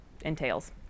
entails